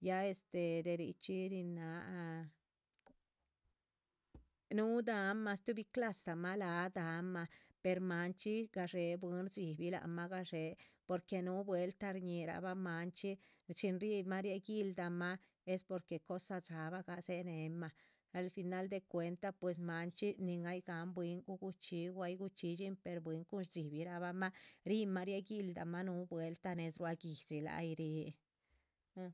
Ya este de richxí nin náha núhu damah stuhbi clasamah láha damah per manchxí gadxé bwín shdxíbih lac mah gadxé, porque núhu vueltah shñíhirabah manchxí chin. ríhimah rieguildamah es porque cosa dxáabagah dzéhenemah al final de cuenta pues maanchxí nin ay gáhan bwín gu guchxín o ay guchxídxin, bwín cuhn shdxíbirahamah. ríhimah rieguildamah núhu vueltah néz rua guihdxi láha yih ríh, a